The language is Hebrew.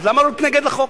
אז למה להתנגד לחוק?